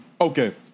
okay